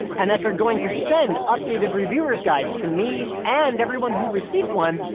and that they're going to send updated reviewers guides to me and everyone who received one,